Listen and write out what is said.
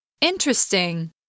Interesting